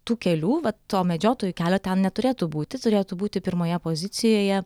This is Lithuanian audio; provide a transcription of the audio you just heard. tų kelių va to medžiotojų kelio ten neturėtų būti turėtų būti pirmoje pozicijoje